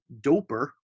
doper